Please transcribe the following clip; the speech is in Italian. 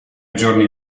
giorni